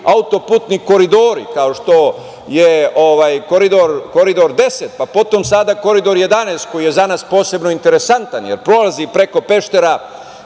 autoputni koridori, kao što je Koridor 10, potom sada Koridor 11 koji je za nas posebno interesantan jer prolazi preko Peštera